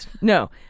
no